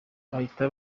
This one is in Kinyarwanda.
bahita